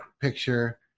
picture